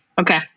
okay